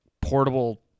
portable